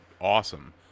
awesome